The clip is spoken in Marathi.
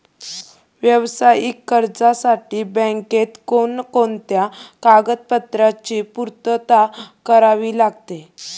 व्यावसायिक कर्जासाठी बँकेत कोणकोणत्या कागदपत्रांची पूर्तता करावी लागते?